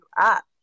up